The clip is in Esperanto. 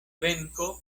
venko